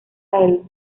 del